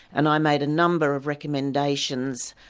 and i made a number of recommendations.